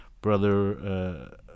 brother